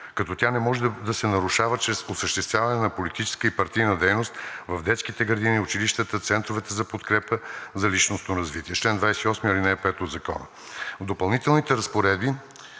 като тя не може да се нарушава чрез осъществяване на политическа и партийна дейност в детските градини, училищата, центровете за подкрепа за личностно развитие – чл. 28, ал. 5 от Закона. В Допълнителните разпоредби